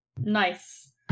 Nice